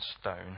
stone